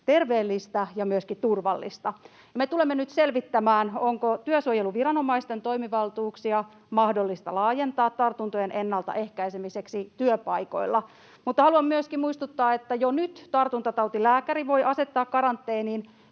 terveellistä ja myöskin turvallista. Me tulemme nyt selvittämään, onko työsuojeluviranomaisten toimivaltuuksia mahdollista laajentaa tartuntojen ennaltaehkäisemiseksi työpaikoilla, mutta haluan myöskin muistuttaa, että jo nyt tartuntatautilääkäri voi asettaa karanteeniin